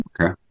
Okay